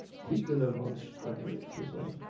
kekule von stradonitz or something,